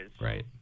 Right